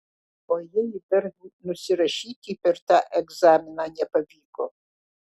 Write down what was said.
o jei dar nusirašyti per tą egzaminą nepavyko